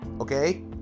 Okay